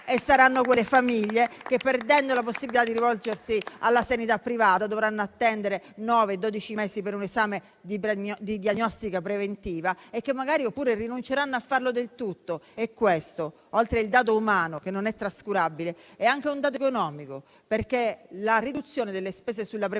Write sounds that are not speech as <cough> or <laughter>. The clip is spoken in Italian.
e saranno quelle famiglie che, perdendo la possibilità di rivolgersi alla sanità privata, dovranno attendere nove-dodici mesi per un esame di diagnostica preventiva o che rinunceranno a farlo del tutto. <applause> Questo, oltre ad essere un dato umano che non è trascurabile, è anche un dato economico, perché la riduzione delle spese sulla prevenzione